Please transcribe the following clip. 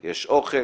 יש אוכל,